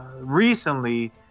recently